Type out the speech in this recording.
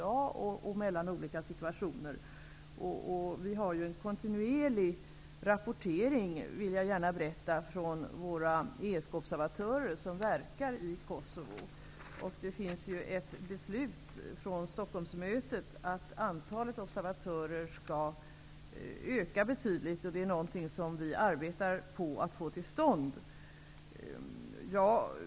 Jag vill gärna berätta att vi får en kontinuerlig rapportering från våra ESK-observatörer som verkar i Kosovo. Det finns ju ett beslut från Stockholmsmötet om att antalet observatörer betydligt skall ökas. Det är någonting som vi arbetar på att få till stånd.